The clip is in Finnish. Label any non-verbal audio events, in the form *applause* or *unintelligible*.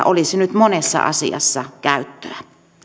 *unintelligible* olisi nyt monessa asiassa käyttöä